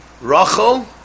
Rachel